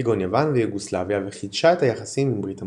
כגון יוון ויוגוסלביה וחידשה את היחסים עם ברית המועצות.